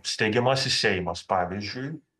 steigiamasis seimas pavyzdžiui